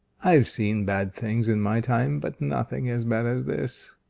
i've seen bad things in my time but nothing as bad as this.